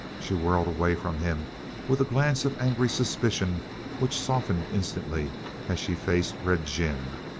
she whirled away from him with a glance of angry suspicion which softened instantly as she faced red jim.